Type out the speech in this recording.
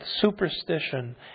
superstition